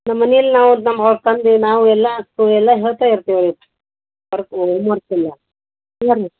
ನಮ್ಮ ಮನೆಯಲ್ಲಿ ನಾವು ಅದು ನಮ್ಮ ಅವ್ರ ತಂದೆ ನಾವು ಎಲ್ಲ ಸೊ ಎಲ್ಲ ಹೇಳ್ತ ಇರ್ತೀವಿರಿ ವರ್ಕ್ ಓಮ್ ವರ್ಕ್ ಎಲ್ಲ